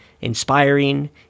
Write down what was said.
inspiring